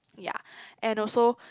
ya and also